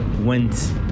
went